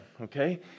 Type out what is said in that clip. okay